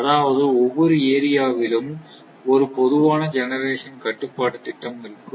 அதாவது ஒவ்வொரு ஏரியாவிலும் ஒரு பொதுவான ஜெனெரேஷன் கட்டுப்பாட்டு திட்டம் இருக்கும்